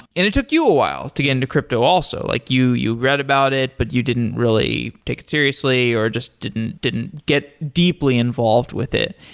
and it took you a while to get into crypto also. like you you read about it, but you didn't really take it seriously, or just didn't didn't get deeply involved with it.